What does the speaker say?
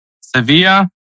Sevilla